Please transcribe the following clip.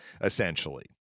essentially